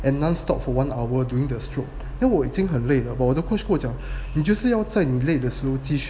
and non stop for one hour during the stroke then 我已经很累了 hor 我的 coach 跟我讲呢就是要在你们你累的时候继续